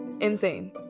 insane